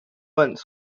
断层